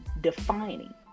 defining